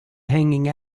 hanging